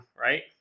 right